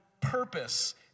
purpose